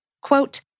Quote